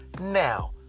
Now